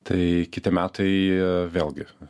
tai kiti metai vėlgi